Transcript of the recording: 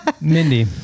Mindy